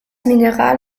mineral